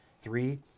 three